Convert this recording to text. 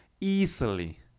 easily